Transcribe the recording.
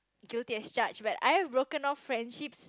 guilty as charge but I have broken off friendships